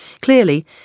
Clearly